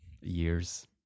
years